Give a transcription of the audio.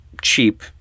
cheap